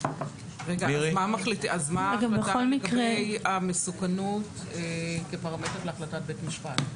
מה לגבי המסוכנות כפרמטר להחלטת בית משפט?